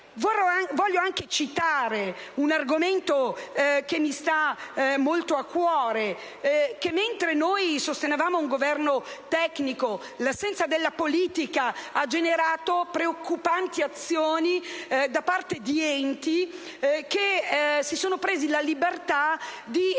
Voglio anche citare un argomento che mi sta molto a cuore. Mentre noi sostenevamo un Governo tecnico, l'assenza della politica ha generato preoccupanti azioni da parte di enti che si sono presi la libertà di emanare